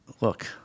Look